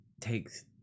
takes